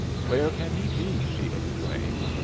where can he be? she exclaimed,